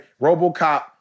Robocop